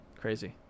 Crazy